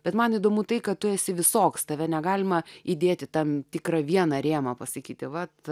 bet man įdomu tai kad tu esi visoks tave negalima įdėti tam tikrą vieną rėmą pasakyti vat